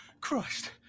Crushed